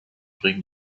bringen